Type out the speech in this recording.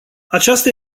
aceasta